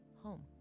home